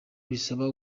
bisaba